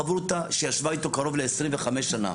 חברותא שישבה איתו קרוב ל-25 שנה,